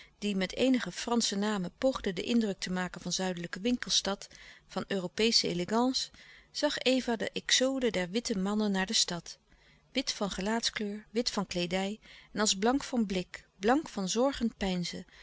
die met eenige fransche namen poogden den indruk te maken van zuidelijke winkelstad van europeesche elegance zag eva de exode der witte mannen naar de stad wit van gelaatskleur wit van kleedij en als blank van blik blank van zorgend peinzen